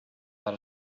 had